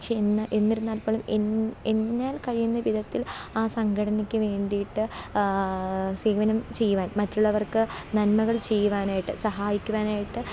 പക്ഷെ എന്ന് എന്നിരുന്നാൽപ്പോലും എൻ എന്നാൽ കഴിയുന്ന വിധത്തിൽ ആ സംഘടനയ്ക്കു വേണ്ടിയിട്ട് സേവനം ചെയ്യുവാൻ മറ്റുള്ളവർക്ക് നന്മകൾ ചെയ്യുവാനായിട്ട് സഹായിക്കുവാനായിട്ട്